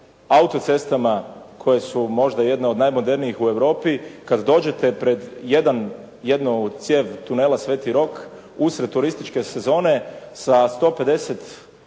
autocestama koje su možda jedne od najmodernijih u Europi, kad dođete pred jednu cijev tunela Sv. Rok usred turističke sezone sa 150